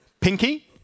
Pinky